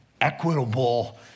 equitable